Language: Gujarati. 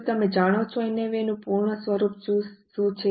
શું તમે જાણો છો NAV નું પૂર્ણ સ્વરૂપ શું છે